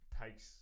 takes